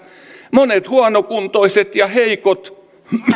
monet huonokuntoiset ja heikot